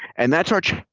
and that's our challenge,